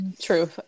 True